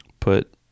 put